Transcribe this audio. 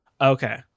Okay